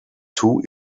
two